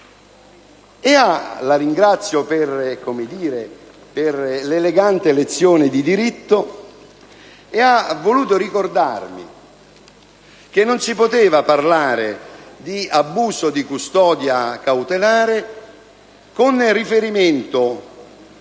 la ringrazio per l'elegante lezione di diritto - voluto ricordarmi che non si poteva parlare di abuso di custodia cautelare con riferimento